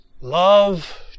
Love